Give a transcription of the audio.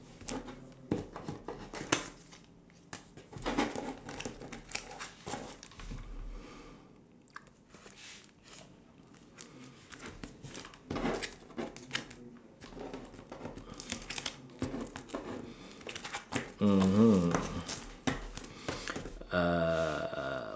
uh